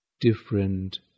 different